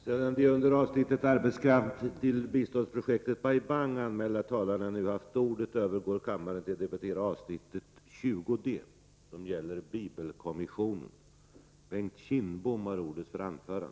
Sedan de under avsnittet Arbetskraft till biståndsprojektet Bai Bang anmälda talarna nu haft ordet övergår kammaren till att debattera avsnitt 20 d: Bibelkommissionen.